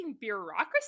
bureaucracy